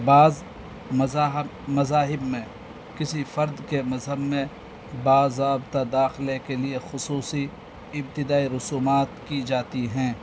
بعض مذاہب مذاہب میں کسی فرد کے مذہب میں باضابطہ داخلے کے لیے خصوصی ابتدائی رسومات کی جاتی ہیں